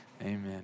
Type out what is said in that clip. amen